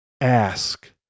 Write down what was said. Ask